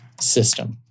system